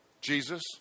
Jesus